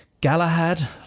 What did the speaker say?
Galahad